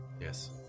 Yes